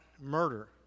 murder